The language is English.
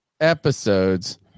episodes